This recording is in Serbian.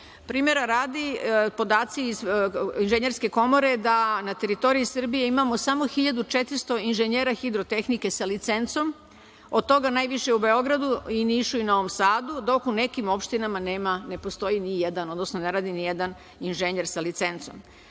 Primera radi, podaci Inženjerske komore, da na teritoriji Srbije imamo samo 1.400 inženjera hidrotehnike sa licencom. Od toga najviše u Beogradu, Nišu i Novom Sadu dok u nekim opštinama nema, ne postoji nijedan, odnosno ne radi nijedan inženjer sa licencom. Zna